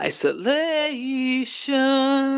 Isolation